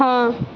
हाँ